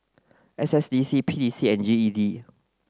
S S D C P E C and G E D